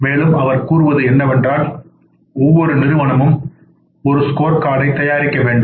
மேலும் அவர் கூறுவது என்னவென்றால் ஒவ்வொரு நிறுவனமும் ஒரு ஸ்கோர்கார்டைத் தயாரிக்க வேண்டும்